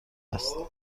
است